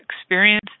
experience